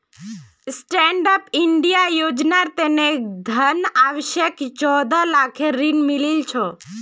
stand up India योजनार तने घनश्यामक चौदह लाखेर ऋण मिलील छ